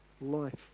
life